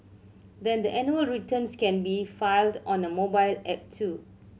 the annual returns can be filed on a mobile app too